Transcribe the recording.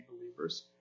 believers